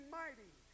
mighty